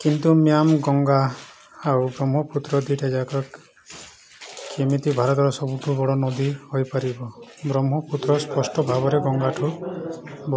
କିନ୍ତୁ ମ୍ୟାମ୍ ଗଙ୍ଗା ଆଉ ବ୍ରହ୍ମପୁତ୍ର ଦୁଇଟାଯାକ କେମିତି ଭାରତର ସବୁଠୁ ବଡ଼ ନଦୀ ହୋଇ ପାରିବ ବ୍ରହ୍ମପୁତ୍ର ସ୍ପଷ୍ଟ ଭାବରେ ଗଙ୍ଗାଠୁ ବଡ଼